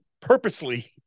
purposely